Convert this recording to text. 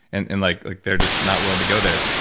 and and like like they're just not willing to go there.